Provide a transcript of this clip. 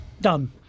Done